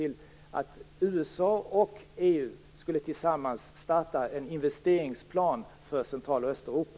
I det föreslog han att USA och EU tillsammans skulle starta en investeringsplan för Central och Östeuropa.